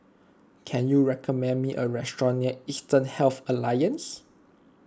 can you recommend me a restaurant near Eastern Health Alliance